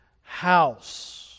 house